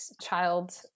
child